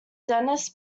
dennis